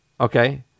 okay